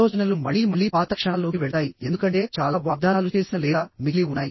ఆలోచనలు మళ్లీ మళ్లీ పాత క్షణాల్లోకి వెళ్తాయి ఎందుకంటే చాలా వాగ్దానాలు చేసిన లేదా మిగిలి ఉన్నాయి